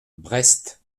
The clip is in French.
brest